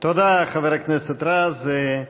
תודה, חבר הכנסת רז.